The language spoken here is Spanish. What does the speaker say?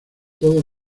todo